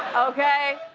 okay?